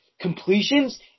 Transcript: completions